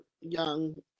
young